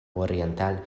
oriental